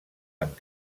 amb